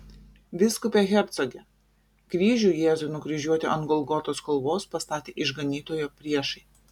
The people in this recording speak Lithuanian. vyskupe hercoge kryžių jėzui nukryžiuoti ant golgotos kalvos pastatė išganytojo priešai